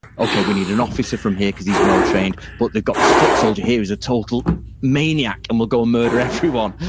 okay, we need an officer from here because he's well-trained, but they got this foot soldier here who's a total maniac and will go murder everyone.